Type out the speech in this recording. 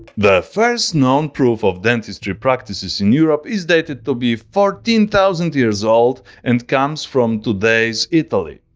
the first known proof of dentistry practices in europe is dated to be fourteen thousand years old and comes from today's italy.